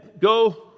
go